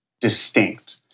distinct